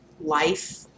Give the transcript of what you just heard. life